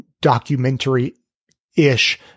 documentary-ish